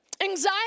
anxiety